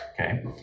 okay